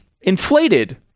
inflated